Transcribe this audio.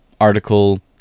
article